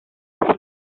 dret